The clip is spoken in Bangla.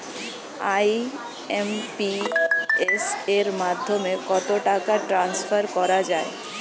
আই.এম.পি.এস এর মাধ্যমে কত টাকা ট্রান্সফার করা যায়?